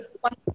one